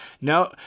No